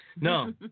No